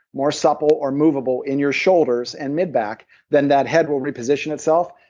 more supple or movable in your shoulders and mid back, then that head will reposition itself,